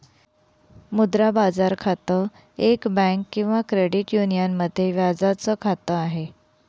मुद्रा बाजार खातं, एक बँक किंवा क्रेडिट युनियन मध्ये व्याजाच खात आहे